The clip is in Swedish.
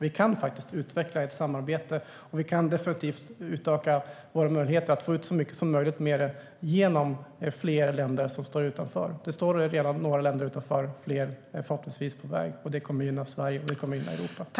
Vi kan faktiskt utveckla ett samarbete, och vi kan definitivt utöka våra möjligheter att få ut så mycket som möjligt av det genom att fler länder står utanför. Det är redan några länder som står utanför, och fler är förhoppningsvis på väg. Det kommer att gynna Sverige och Europa.